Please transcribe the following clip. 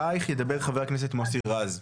ידבר חבר הכנסת מוסי רז.